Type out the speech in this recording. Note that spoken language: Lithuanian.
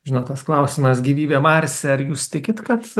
žinot tas klausimas gyvybė marse ar jūs tikit kad